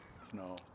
Snow